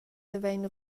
havein